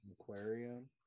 aquarium